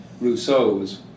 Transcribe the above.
Rousseau's